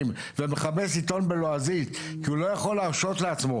ומחפש עיתון בלועזית כי הוא לא יכול להרשות לעצמו